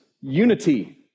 unity